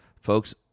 folks